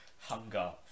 Hunger